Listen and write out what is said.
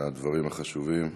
על הדברים החשובים.